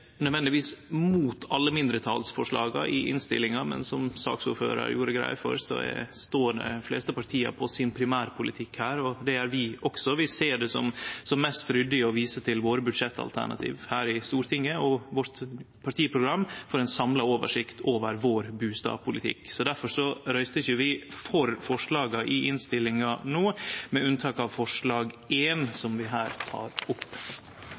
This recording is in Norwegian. nødvendigvis mot alle mindretalsforslaga i innstillinga, men som saksordføraren gjorde greie for, står dei fleste partia på sin primærpolitikk, og det gjer vi også. Vi ser det som mest ryddig å vise til våre budsjettalternativ her i Stortinget og til vårt partiprogram for ein samla oversikt over vår bustadpolitikk. Difor røystar ikkje vi for forslaga i innstillinga no, med unntak av forslag nr. 1, som vi hermed tek opp.